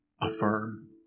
affirm